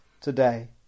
today